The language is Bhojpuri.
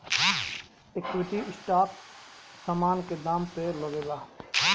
इक्विटी स्टाक समान के दाम पअ लागेला